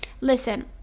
listen